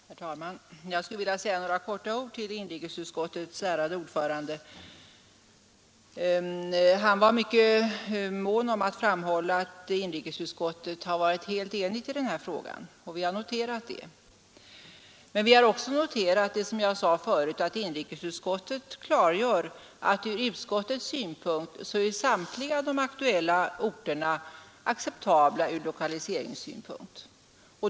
Herr talman! Jag skulle vilja säga några få ord till inrikesutskottets ärade ordförande. Han var mycket mån om att framhålla att inrikesutskottet har varit helt enigt i den här frågan. Vi har noterat det, men vi har också noterat — som jag sade förut — att inriksutskottet klargör att enligt utskottets uppfattning samtliga de aktuella orterna är acceptabla från lokaliseringssynpunkt.